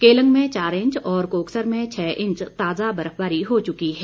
केलांग में चार इंच और कोकसर में छह इंच ताजा बर्फबारी हो चुकी है